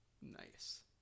Nice